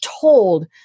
told